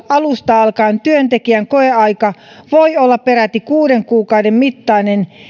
alusta alkaen työntekijän koeaika on voinut olla peräti kuuden kuukauden mittainen